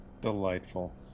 delightful